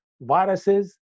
viruses